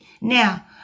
Now